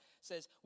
says